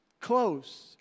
close